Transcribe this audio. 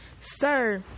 sir